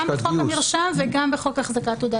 גם בחוק המרשם וגם בחוק החזקת תעודת